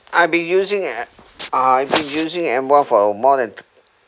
I've been using M uh I've been using M one for uh more than